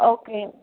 okay